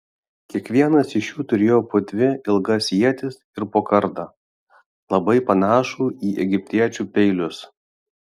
kiekvienas iš jų turėjo po dvi ilgas ietis ir po kardą labai panašų į egiptiečių peilius